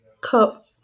Cup